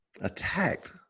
Attacked